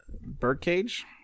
Birdcage